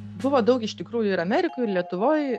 buvo daug iš tikrųjų ir amerikoj ir lietuvoj